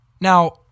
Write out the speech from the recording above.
Now